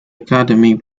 academy